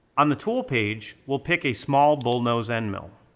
on the tool page we'll pick a small bullnose endmill.